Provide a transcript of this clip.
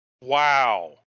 Wow